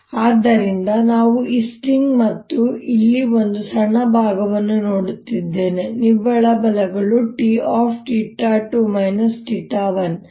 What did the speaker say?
ಆದ್ದರಿಂದ ನಾವು ಈ ಸ್ಟ್ರಿಂಗ್ ಮತ್ತು ಇಲ್ಲಿ ಒಂದು ಸಣ್ಣ ಭಾಗವನ್ನು ನೋಡುತ್ತಿದ್ದೇವೆ ನಿವ್ವಳ ಬಲಗಳು T